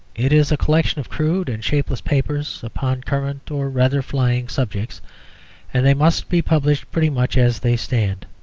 it is a collection of crude and shapeless papers upon current or rather flying subjects and they must be published pretty much as they stand.